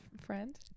friend